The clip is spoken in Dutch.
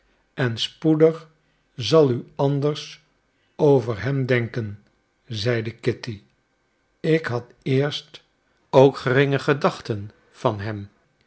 en spoedig zal u anders over hem denken zeide kitty ik had eerst ook geringe gedachten van hem